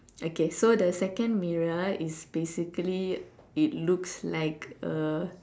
okay so the second mirror is basically it looks like a